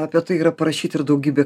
apie tai yra parašyta ir daugybė